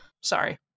Sorry